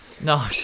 No